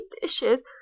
dishes